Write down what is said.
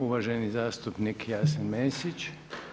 Uvaženi zastupnik Jasen Mesić.